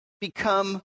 become